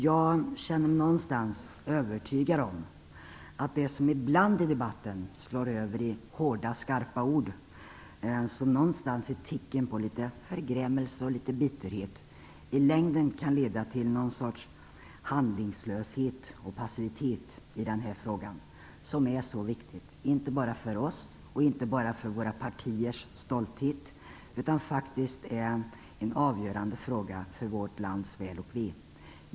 Jag känner mig övertygad om att det som ibland i debatten slår över i hårda och skarpa ord och som på något sätt är ett tecken på förgrämelse och bitterhet i längden kan leda till någon sorts handlingslöshet och passivitet i den här frågan, som är så viktig inte bara för oss och våra partiers stolthet utan faktiskt är en avgörande fråga för vårt lands väl och ve.